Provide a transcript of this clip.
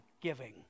giving